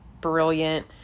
brilliant